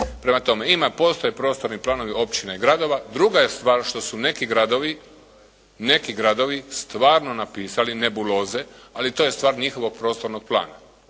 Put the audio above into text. Prema tome, ima postoje prostorni planovi općina i gradova, druga je stvar što su neki gradovi stvarno napisali nebuloze, ali to je stvar njihovog prostornog plana.